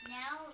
now